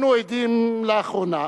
אנו עדים לאחרונה